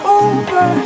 over